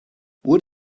wood